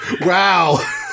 Wow